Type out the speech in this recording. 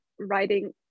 writing